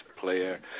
player